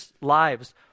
lives